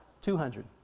Two-hundred